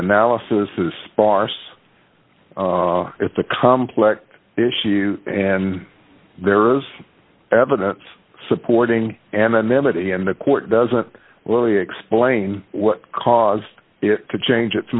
analysis is sparse it's a complex issue and there is evidence supporting anonymity and the court doesn't really explain what caused it to change